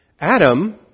Adam